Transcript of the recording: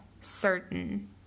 certain